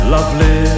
Lovely